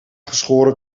geschoren